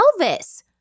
Elvis